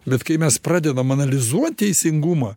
bet kai mes pradedam analizuot teisingumą